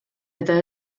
eta